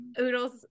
Oodles